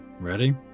ready